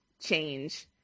change